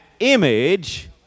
image